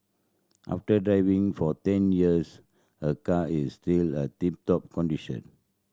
after driving for ten years her car is still a tip top condition